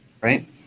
right